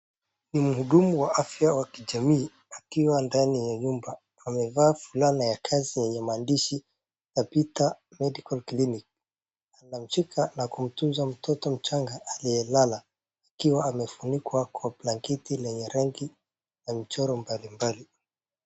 Ni muhudumu wa afya wa kijamii akiwa ndani ya nyumba, amevaa fulana ya kazi yenye maandishi, TABITHA MEDICAL CLINIC . Anamshika na kumtunza mtoto mchanga aliyelala akiwa amefunikwa kwa blanketi lenye rangi na michoro mbalimbali.